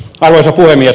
arvoisa puhemies